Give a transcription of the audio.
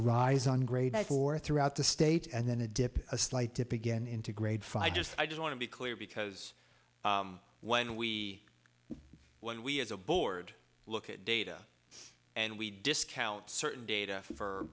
a rise on grade four throughout the state and then a dip a slight dip again into grade five just i just want to be clear because when we when we as a board look at data and we discount certain data for